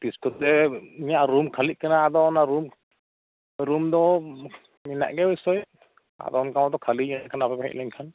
ᱛᱤᱥ ᱠᱚᱛᱮ ᱤᱧᱟᱜ ᱨᱩᱢ ᱠᱷᱟᱹᱞᱤᱜ ᱠᱟᱱᱟ ᱟᱫᱚ ᱚᱱᱟ ᱨᱩᱢ ᱨᱩᱢ ᱫᱚ ᱢᱮᱱᱟᱜ ᱜᱮᱭᱟ ᱱᱤᱥᱪᱳᱭ ᱟᱫᱚ ᱚᱱᱠᱟ ᱢᱚᱛ ᱠᱷᱟᱹᱞᱤᱭᱟᱹᱧ ᱟᱯᱮ ᱯᱮ ᱦᱮᱡ ᱞᱮᱱᱠᱷᱟᱱ